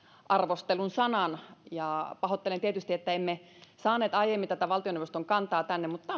arvostelun sanan ja pahoittelen tietysti että emme saaneet aiemmin tätä valtioneuvoston kantaa tänne mutta